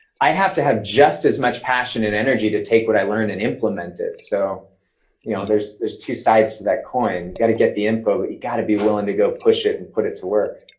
i have to have just as much passion and energy to take what i learn and implement it. so you know there's there's two sides to that coin. got to get the info, but you gotta be willing to go push it and put it to work.